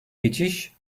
geçiş